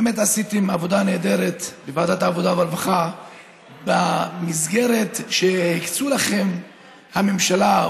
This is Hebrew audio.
באמת עשיתם עבודה נהדרת בוועדת העבודה והרווחה במסגרת שהקצו לכם הממשלה,